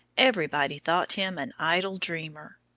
everybody thought him an idle dreamer.